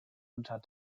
unter